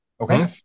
Okay